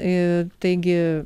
i taigi